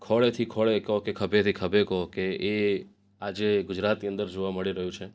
ખોળેથી ખોળે કો કે ખભેથી ખભે કો કે એ આજે ગુજરાતની અંદર જોવા મળી રહ્યું છે